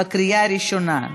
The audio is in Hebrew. בקריאה ראשונה.